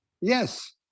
Yes